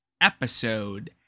episode